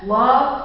love